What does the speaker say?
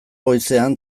goizean